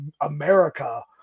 America